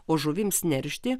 o žuvims neršti